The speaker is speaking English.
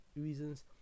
reasons